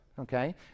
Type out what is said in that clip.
Okay